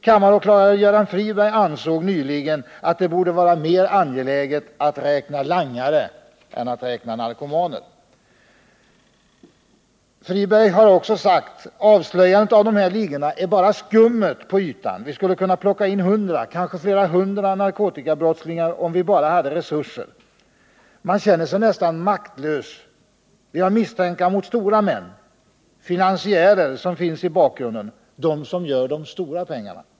Kammaråklagare Göran Friberg uttalade nyligen att det borde vara mer angeläget att räkna langare än att räkna narkomaner. Göran Friberg har också sagt: ”Avslöjandet av de här ligorna är bara skummet på ytan, vi skulle kunna plocka in hundra, kanske flera hundra narkotikabrottslingar till om vi bara hade resurser. —-—-—- Man känner sig nästan maktlös. Vi har misstankar mot stora män, finansiärer som finns i bakgrunden, de som gör de stora pengarna.